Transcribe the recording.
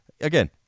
again